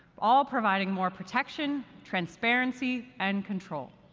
all providing more protection, transparency, and control.